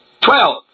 Twelve